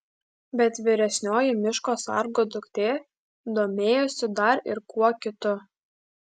bet vyresnioji miško sargo duktė domėjosi dar ir kuo kitu